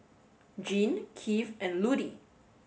Gene Keith and Ludie